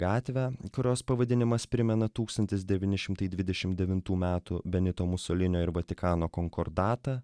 gatvę kurios pavadinimas primena tūkstantis devyni šimtai dvidešim devintų metų benito musolinio ir vatikano konkordatą